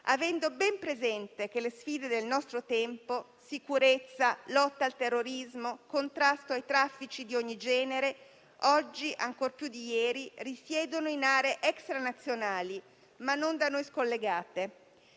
avendo ben presente che le sfide del nostro tempo (sicurezza, lotta al terrorismo, contrasto ai traffici di ogni genere) oggi, ancor più di ieri, risiedono in aree *extra* nazionali, ma non da noi scollegate.